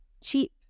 cheap